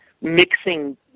mixing